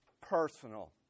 personal